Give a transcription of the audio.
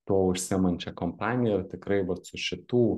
tuo užsiemančią kompaniją ir tikrai vat su šitų